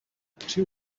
two